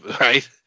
right